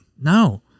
No